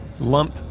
Lump